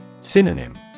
Synonym